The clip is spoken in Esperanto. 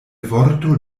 vorto